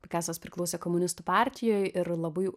pikasas priklausė komunistų partijoj ir labai